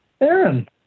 Aaron